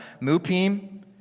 mupim